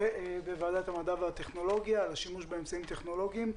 ובוועדת המדע והטכנולוגיה על השימוש באמצעים טכנולוגיים.